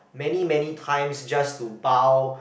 many many times just to bow